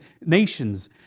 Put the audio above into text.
nations